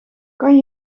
kan